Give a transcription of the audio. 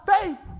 faith